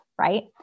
right